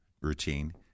routine